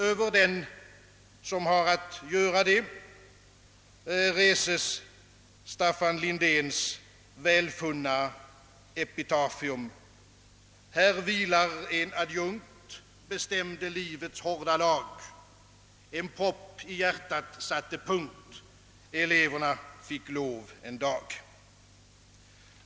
över den som har att göra det reses Staffan Lindéns välfunna epitafium: Här vilar en adjunkt En propp i hjärtat satte punkt; Eleverna fick lov en dag.